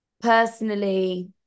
personally